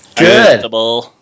Good